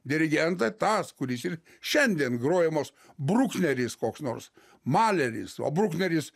dirigentą tas kuris ir šiandien grojamos brukneris koks nors maleris o brukneris